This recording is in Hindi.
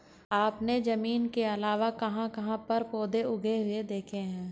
आपने जमीन के अलावा कहाँ कहाँ पर पौधे उगे हुए देखे हैं?